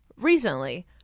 recently